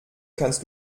kannst